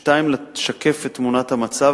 2. לשקף את תמונת המצב,